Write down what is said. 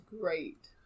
great